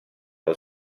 col